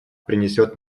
принесет